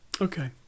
Okay